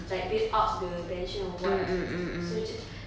like build up the tension or what kan so we just